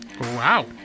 Wow